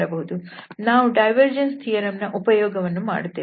ನಾವು divergence theorem ನ ಉಪಯೋಗವನ್ನು ಮಾಡುತ್ತೇವೆ